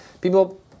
people